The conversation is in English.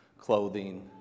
clothing